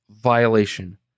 violation